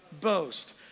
boast